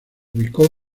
ubicó